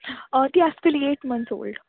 ती आसतली eight month old